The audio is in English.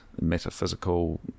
metaphysical